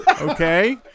Okay